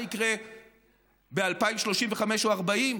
מה יקרה ב-2035 או 2040?